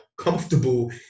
comfortable